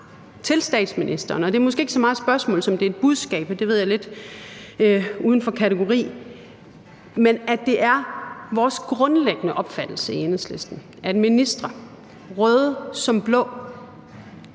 for statsministeren – og det er måske ikke så meget et spørgsmål, som det er et budskab, det ved jeg er lidt uden for kategori – at det er vores grundlæggende opfattelse i Enhedslisten, at ministre, røde som blå,